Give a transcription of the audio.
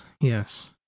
yes